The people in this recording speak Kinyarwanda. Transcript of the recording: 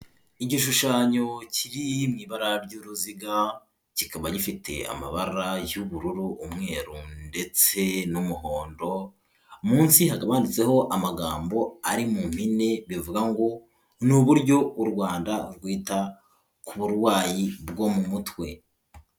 Igishushanyo kiri mu ibara ry'uruziga, kikaba gifite amabara y'ubururu, umweru ndetse n'umuhondo, munsi hakaba handitseho amagambo ari mu mpine bivuga ngo ni uburyo u Rwanda rwita ku burwayi bwo mu mutwe.